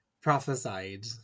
prophesied